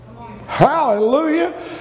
Hallelujah